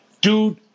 Dude